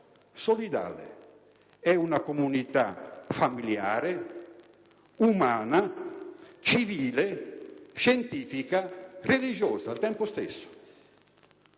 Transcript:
solidale; è una comunità familiare, umana, civile, scientifica e religiosa al tempo stesso.